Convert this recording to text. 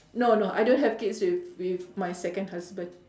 no no I don't have kids with with my second husband